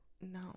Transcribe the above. no